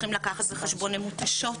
צריכים לקחת בחשבון הן מותשות,